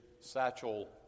satchel